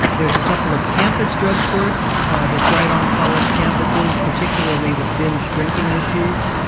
there's a couple of campus drug courts that's right on college campuses, particularly with binge drinking issues.